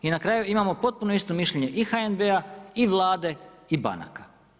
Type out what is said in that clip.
I na kraju imamo potpuno isto mišljenje i HNB-a i Vlade i banaka.